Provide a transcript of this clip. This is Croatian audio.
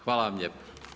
Hvala vam lijepo.